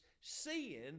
seeing